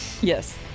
Yes